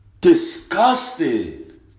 Disgusted